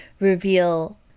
reveal